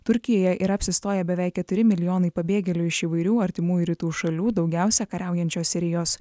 turkijoje yra apsistoję beveik keturi milijonai pabėgėlių iš įvairių artimųjų rytų šalių daugiausia kariaujančios sirijos